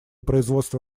производства